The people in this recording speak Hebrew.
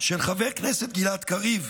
של חבר כנסת גלעד קריב,